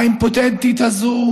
האימפוטנטית הזו,